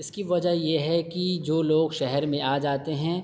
اس کی وجہ یہ ہے کہ جو لوگ شہر میں آ جاتے ہیں